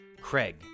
Craig